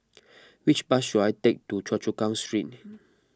which bus should I take to Choa Chu Kang Street